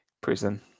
Prison